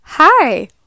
Hi